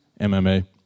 MMA